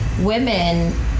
women